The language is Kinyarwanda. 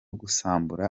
gusambura